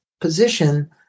position